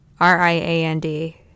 r-i-a-n-d